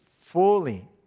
fully